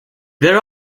there